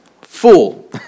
Fool